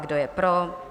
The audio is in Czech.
Kdo je pro?